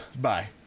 bye